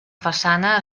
façana